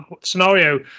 scenario